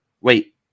Wait